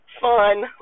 fun